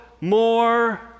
more